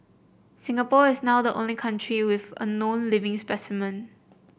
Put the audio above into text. Singapore is now the only country with a known living specimen